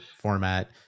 format